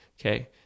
Okay